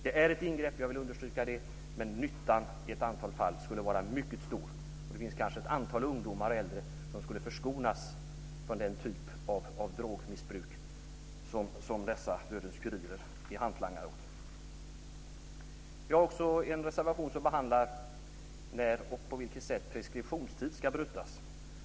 Den är ett ingrepp, jag vill understryka det, men nyttan skulle i ett antal fall vara mycket stor. Det finns kanske ett antal ungdomar och äldre som skulle förskonas från den typ av drogmissbruk som dessa dödens kurirer är hantlangare åt. Vi har också en reservation som behandlar när och på vilket sätt preskriptionstid ska brytas.